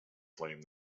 flame